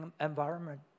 environment